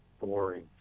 boring